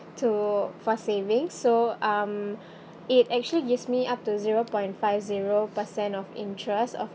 to for saving so um it actually gives me up to zero point five zero percent of interest of